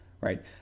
right